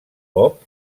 bob